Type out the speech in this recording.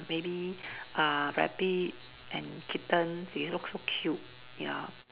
maybe uh rabbit and kitten they look so cute ya